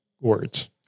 words